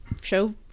show